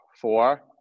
Four